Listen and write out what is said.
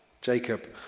Jacob